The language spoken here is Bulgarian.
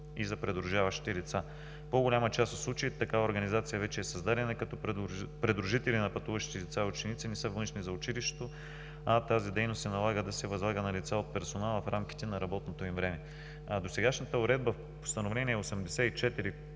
и за придружаващите лица. За по-голяма част от случаите такава организация вече е създадена, като придружители на пътуващите деца и ученици не са външни за училището, а тази дейност се налага да се възлага на лица от персонала, в рамките на работното им време. Досегашната уредба в Постановление №